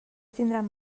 tindran